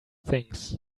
things